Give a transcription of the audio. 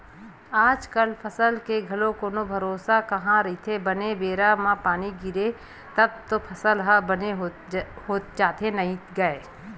आजकल फसल के घलो कोनो भरोसा कहाँ रहिथे बने बेरा म पानी गिरगे तब तो फसल ह बने हो जाथे नइते गय